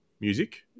music